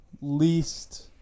least